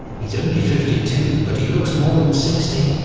he's only fifty two but he looks more than sixty.